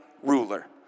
Ruler